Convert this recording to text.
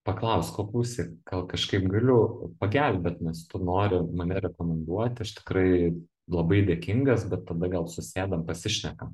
pakausk o klausyk gal kažkaip galiu pagelbėt nes tu nori mane rekomenduoti aš tikrai labai dėkingas bet tada gal susėdam pasišnekam